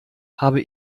habe